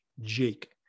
Jake